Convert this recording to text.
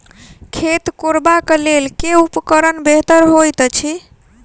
खेत कोरबाक लेल केँ उपकरण बेहतर होइत अछि?